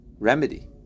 Remedy